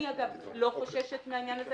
אני לא חוששת מזה.